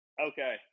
Okay